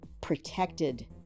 protected